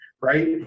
right